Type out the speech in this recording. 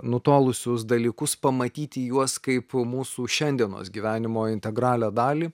nutolusius dalykus pamatyti juos kaip mūsų šiandienos gyvenimo integralią dalį